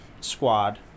squad